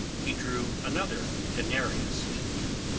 he drew another denarius to view,